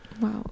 wow